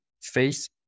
face